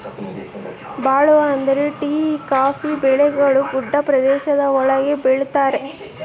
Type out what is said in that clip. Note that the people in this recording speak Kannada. ಭಾಳ ಅಂದ್ರೆ ಟೀ ಕಾಫಿ ಬೆಳೆಗಳು ಗುಡ್ಡ ಪ್ರದೇಶ ಒಳಗ ಬೆಳಿತರೆ